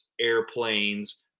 airplanes